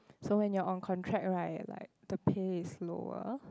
so when you are on contract right like the pay is lower